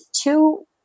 two